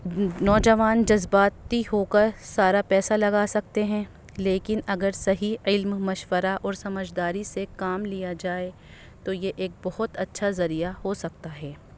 نوجوان جذباتی ہو کر سارا پیسہ لگا سکتے ہیں لیکن اگر صحیح علم مشورہ اور سمجھداری سے کام لیا جائے تو یہ ایک بہت اچھا ذریعہ ہو سکتا ہے